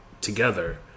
together